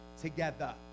together